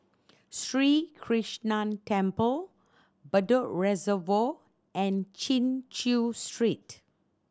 Sri Krishnan Temple Bedok Reservoir and Chin Chew Street